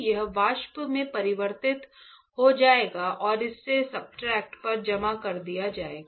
यह वाष्प में परिवर्तित हो जाएगा और इसे सब्सट्रेट पर जमा कर दिया जाएगा